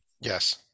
yes